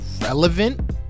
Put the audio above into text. relevant